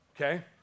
okay